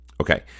Okay